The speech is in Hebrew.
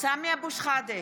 סמי אבו שחאדה,